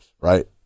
right